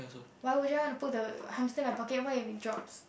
why would you want to put the hamster in my pocket what if it drops